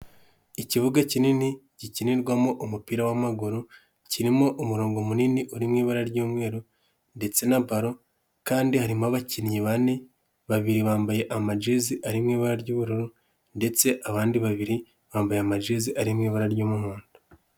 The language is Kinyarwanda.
Ikibuga kinini gikinirwamo umupira w'amaguru kirimo umurongo munini uri mu ibara ry'umweru ndetse na baro kandi harimo abakinnyi bane, babiri bambaye amajezi ari mu ibara ry'ubururu ndetse abandi babiri bambaye amajezi ari mu ibara ry'umuhondo.